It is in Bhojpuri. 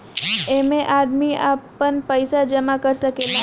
ऐइमे आदमी आपन पईसा जमा कर सकेले